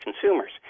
consumers